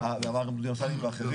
ומר דוד אמסלם ואחרים,